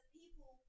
people